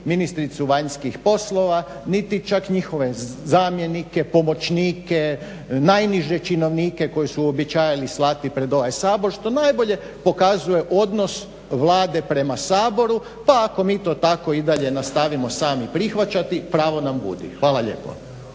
ministricu vanjskih poslova, niti čak njihove zamjenike, pomoćnike, najniže činovnike koji su uobičavali slati pred ovaj Sabor što najbolje pokazuje odnos Vlade prema Saboru. Pa ako mi to tako i dalje nastavimo sami prihvaćati pravo nam budi. Hvala lijepo.